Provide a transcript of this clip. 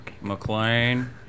McLean